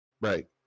Right